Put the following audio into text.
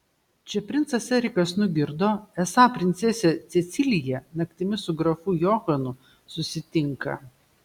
čia princas erikas nugirdo esą princesė cecilija naktimis su grafu johanu susitinka